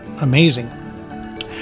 amazing